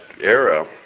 era